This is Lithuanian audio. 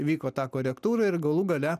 vyko ta korektūra ir galų gale